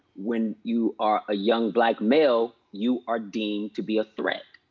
when you are a young black male, you are deemed to be a threat.